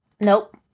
nope